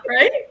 right